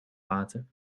laten